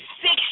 six